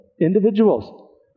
individuals